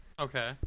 Okay